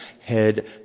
head